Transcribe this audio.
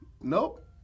Nope